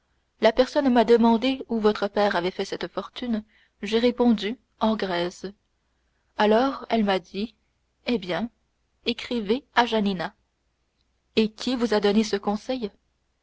la personne m'a demandé où votre père avait fait cette fortune j'ai répondu en grèce alors elle m'a dit eh bien écrivez à janina et qui vous a donné ce conseil